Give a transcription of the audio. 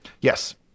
Yes